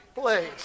place